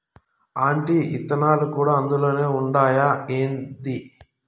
ఆటి ఇత్తనాలు కూడా అందులోనే ఉండాయా ఏంది